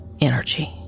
energy